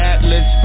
Atlas